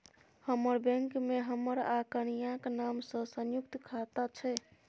हमर बैंक मे हमर आ कनियाक नाम सँ संयुक्त खाता छै